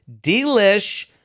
Delish